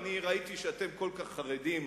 ראיתי שאתם כל כך חרדים